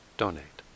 donate